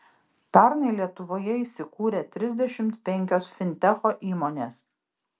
pernai lietuvoje įsikūrė trisdešimt penkios fintecho įmonės